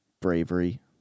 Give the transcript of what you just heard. bravery